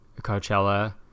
Coachella